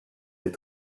les